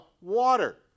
water